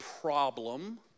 problem